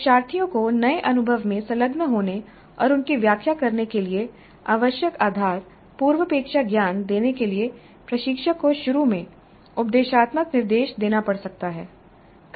शिक्षार्थियों को नए अनुभव में संलग्न होने और उनकी व्याख्या करने के लिए आवश्यक आधार पूर्वापेक्षा ज्ञान देने के लिए प्रशिक्षक को शुरू में उपदेशात्मक निर्देश देना पड़ सकता है